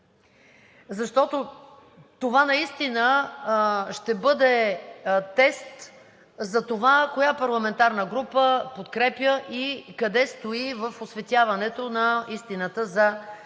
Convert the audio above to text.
защото това ще бъде тест за това коя парламентарна група подкрепя и къде стои в осветяването на истината за